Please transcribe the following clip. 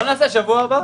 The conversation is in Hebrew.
בשבוע הבא.